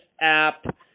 app